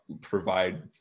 provide